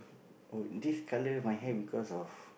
oh this colour my hair because of